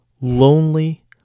lonely